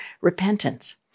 repentance